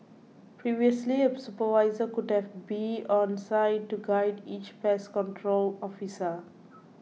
previously a supervisor would have to be on site to guide each pest control officer